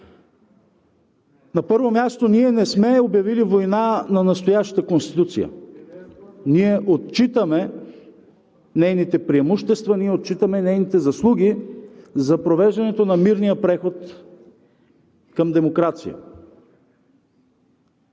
На първо място, ние не сме обявили война на настоящата Конституция. Ние отчитаме нейните преимущества, ние отчитаме нейните заслуги за провеждането на мирния преход към демокрация.